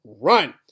Run